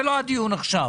זה לא הדיון עכשיו.